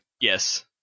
Yes